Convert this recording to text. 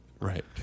Right